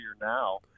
now